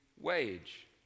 wage